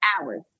hours